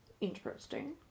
interesting